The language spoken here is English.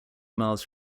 miles